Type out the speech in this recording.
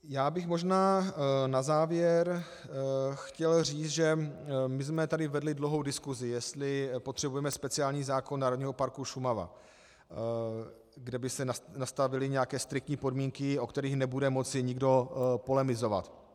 Já bych možná na závěr chtěl říct, že jsme tady vedli dlouhou diskusi, jestli potřebujeme speciální zákon Národního parku Šumava, kde by se nastavily nějaké striktní podmínky, o kterých nebude moci nikdo polemizovat.